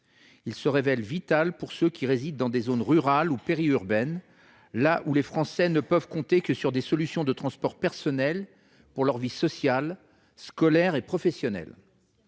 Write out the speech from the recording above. Il se révèle vital pour ceux qui résident dans des zones rurales ou périurbaines, là où les Français ne peuvent compter que sur des solutions de transport personnelles pour leur vie sociale, scolaire et professionnelle.